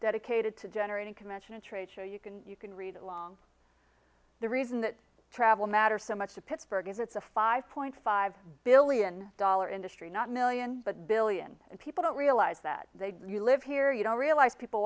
dedicated to generating commission a trade show you can you can read along the reason that travel matter so much to pittsburgh is it's a five point five billion dollar industry not million but billion people don't realize that they live here you don't realize people